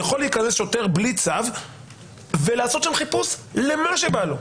יכול להיכנס שוטר בלי צו ולעשות שם חיפוש למה שבא לו,